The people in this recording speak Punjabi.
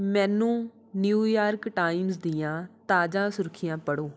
ਮੈਨੂੰ ਨਿਊਯਾਰਕ ਟਾਈਮਜ਼ ਦੀਆਂ ਤਾਜ਼ਾ ਸੁਰਖ਼ੀਆਂ ਪੜ੍ਹੋ